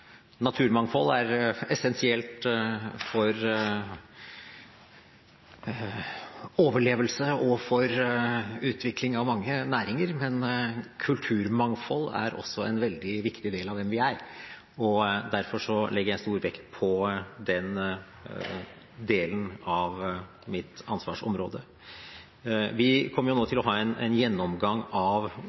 er essensielt for overlevelse og for utvikling av mange næringer, men kulturmangfold er også en viktig del av hvem vi er. Derfor legger jeg stor vekt på den delen av mitt ansvarsområde. Vi kommer nå til å ha en gjennomgang av